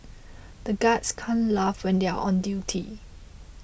the guards can't laugh when they are on duty